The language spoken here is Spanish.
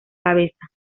cabeza